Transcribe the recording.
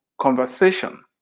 conversation